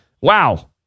wow